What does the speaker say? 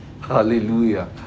Hallelujah